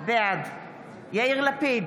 בעד יאיר לפיד,